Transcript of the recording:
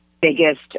biggest